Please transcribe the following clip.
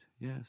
yes